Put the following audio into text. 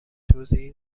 توضیحی